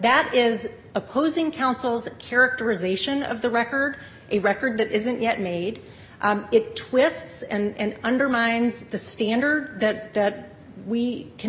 that is opposing counsel's a characterization of the record a record that isn't yet made it twists and undermines the standard that we can